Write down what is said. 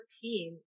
team